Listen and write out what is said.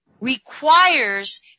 requires